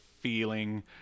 feeling